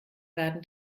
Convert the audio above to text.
werden